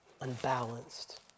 unbalanced